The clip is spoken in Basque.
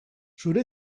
zure